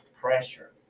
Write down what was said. pressure